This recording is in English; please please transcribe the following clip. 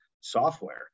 software